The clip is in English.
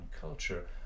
culture